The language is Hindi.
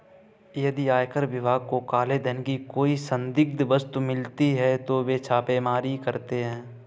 यदि आयकर विभाग को काले धन की कोई संदिग्ध वस्तु मिलती है तो वे छापेमारी करते हैं